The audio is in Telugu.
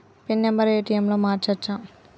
పిన్ నెంబరు ఏ.టి.ఎమ్ లో మార్చచ్చా?